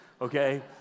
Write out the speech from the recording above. Okay